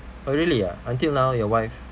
oh really ah until now your wife